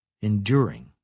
Enduring